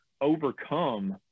overcome